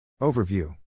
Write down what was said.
Overview